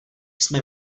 jsme